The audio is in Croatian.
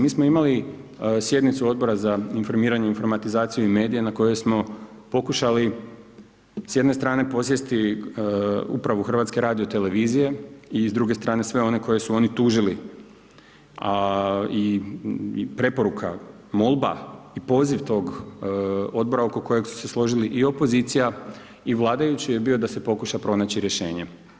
Mi smo imali sjednicu Odbora za informiranje, informatizaciju i medije na kojoj smo pokušali s jedne strane posjesti uprave HRT-a i s druge strane sve one koji su oni tužili i preporuka, molba i poziv tog odbora oko kojeg su se složili i opozicija i vladajući je bio da se pokuša pronaći rješenje.